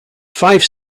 five